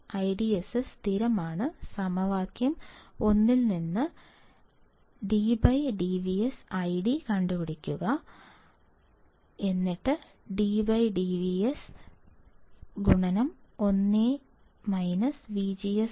IDSS സ്ഥിരമാണ് സമവാക്യം ഒന്നിൽനിന്ന് dID dVGS കണ്ടുപിടിക്കുക dID dVGS 1 VGS Vp 2